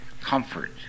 comfort